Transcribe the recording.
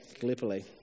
Gallipoli